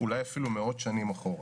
אולי אפילו מאות שנים אחורה.